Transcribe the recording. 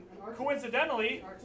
coincidentally